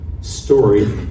story